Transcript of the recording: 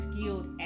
skilled